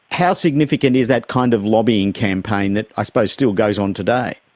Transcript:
how significant is that kind of lobbying campaign that i suppose still goes on today?